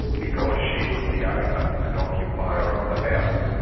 because she was the owner and occupier of the house,